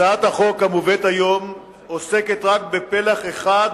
הצעת החוק המובאת היום עוסקת רק בפלח אחד,